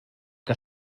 que